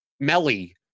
Melly